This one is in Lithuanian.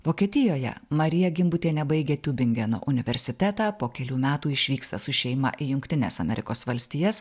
vokietijoje marija gimbutienė baigė tiubingeno universitetą po kelių metų išvyksta su šeima į jungtines amerikos valstijas